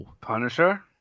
Punisher